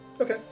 Okay